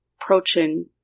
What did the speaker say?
approaching